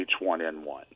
H1N1